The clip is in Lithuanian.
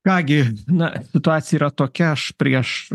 ką gi na situacija yra tokia aš prieš